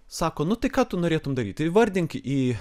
sako nu tai ką tu norėtum daryti įvardink į